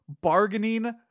bargaining